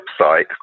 website